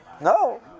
No